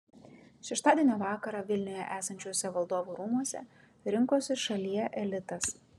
šeštadienio vakarą vilniuje esančiuose valdovų rūmuose rinkosi šalie elitas